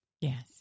yes